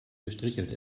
gestrichelt